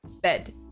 bed